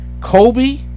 Kobe